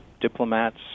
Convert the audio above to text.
diplomats